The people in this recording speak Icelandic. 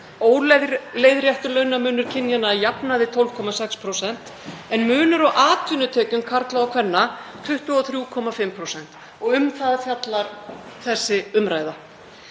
óleiðréttur launamunur kynjanna að jafnaði 12,6% en munur á atvinnutekjum karla og kvenna var 23,5%. Og um það fjallar þessi umræða.